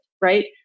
Right